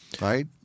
Right